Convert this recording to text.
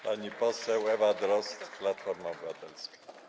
Pani poseł Ewa Drozd, Platforma Obywatelska.